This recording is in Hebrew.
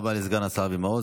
תודה רבה לסגן השר אבי מעוז.